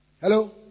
Hello